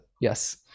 Yes